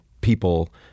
people